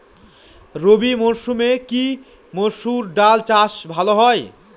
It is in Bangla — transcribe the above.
রবি মরসুমে কি মসুর ডাল চাষ ভালো হয়?